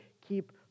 keep